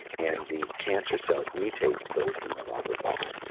and the cancer cells mutate so it can no longer bond,